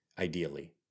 ideally